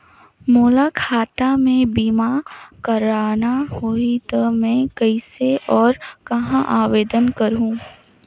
मोला खाता मे बीमा करना होहि ता मैं कइसे और कहां आवेदन करहूं?